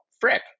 frick